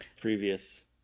previous